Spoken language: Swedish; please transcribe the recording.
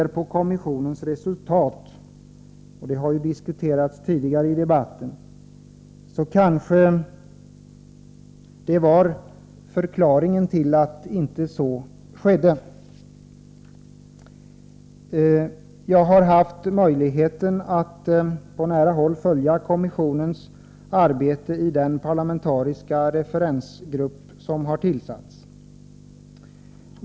När man nu ser kommissionens resultat, vilket tidigare har diskuterats i debatten, kanske man förstår förklaringen till att så inte skedde. Jag har haft möjligheten att på nära håll — i den parlamentariska referensgrupp som har tillsatts — följa kommissionens arbete.